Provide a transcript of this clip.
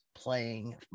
playing